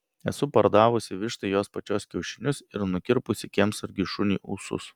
esu pardavusi vištai jos pačios kiaušinius ir nukirpusi kiemsargiui šuniui ūsus